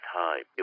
time